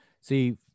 See